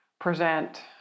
present